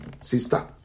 Sister